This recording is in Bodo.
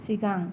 सिगां